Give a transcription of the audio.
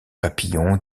papillon